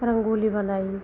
रंगोली बनाई